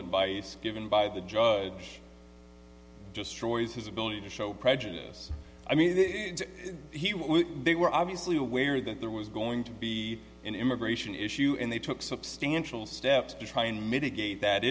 advice given by the judge just roys his ability to show prejudice i mean he was they were obviously aware that there was going to be an immigration issue and they took substantial steps to try and mitigate that